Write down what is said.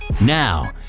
now